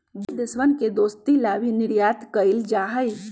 दु देशवन के दोस्ती ला भी निर्यात कइल जाहई